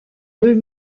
deux